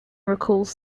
recalls